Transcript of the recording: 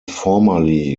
formerly